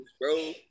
bro